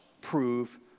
prove